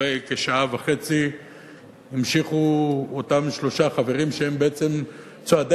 אחרי כשעה וחצי המשיכו אותם שלושה חברים שהם בעצם צועדי